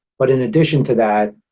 but, in addition to that,